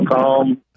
calm